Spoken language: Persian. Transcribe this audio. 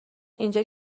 اینجا